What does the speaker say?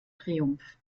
triumph